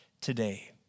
today